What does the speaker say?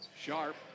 Sharp